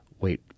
wait